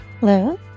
Hello